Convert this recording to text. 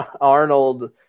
Arnold